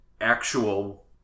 actual